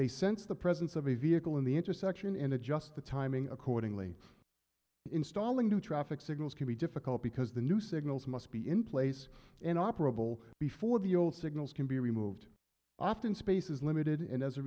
they sense the presence of the vehicle in the intersection and adjust the timing accordingly installing new traffic signals can be difficult because the new signals must be in place and operable before the old signals can be removed often space is limited and as a